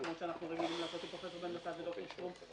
כמו שאנחנו רגילים לעשות עם פרופ' בן בסט וד"ר שטרום.